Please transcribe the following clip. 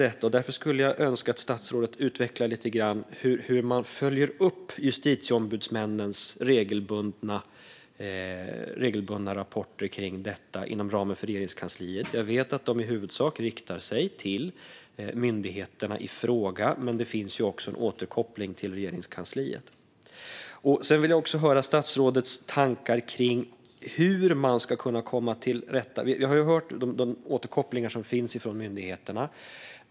Jag skulle önska att statsrådet utvecklar hur Regeringskansliet följer upp justitieombudsmännens regelbundna rapporter kring detta. Jag vet att de i huvudsak riktar sig till myndigheterna i fråga. Men det finns också en återkoppling till Regeringskansliet. Jag vill också höra statsrådets tankar kring hur man ska kunna komma till rätta med det. Vi har hört om återkopplingarna från myndigheterna.